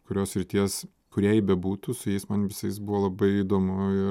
kurios srities kūrėjai bebūtų su jais man visais buvo labai įdomu ir